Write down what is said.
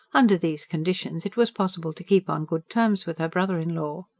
under these conditions it was possible to keep on good terms with her brother-in-law.